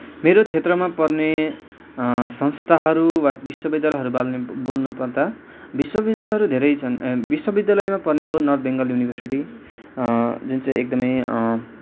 मेरो क्षेत्रमा पर्ने संस्थाहरू वा विश्वविद्यालयहरू बारे बोल्नुपर्दा विश्वविद्यालयहरू धेरै छन् विश्वविद्यालयमा पर्ने हो नर्थ बेङ्गाल युनिभर्सिटी जुन चाहिँ एकदमै